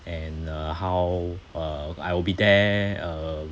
and uh how uh I will be there uh